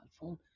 phone